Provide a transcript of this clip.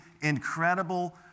incredible